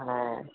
ஆ